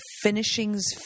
finishings